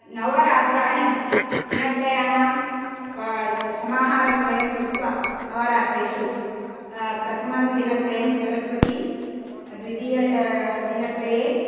नवरात्राणि दिनत्रयाणां समाहारत्रयं कृत्वा नवरात्रेषु प्रथमं दिनत्रयं सरस्वती द्वितीय दिनत्रये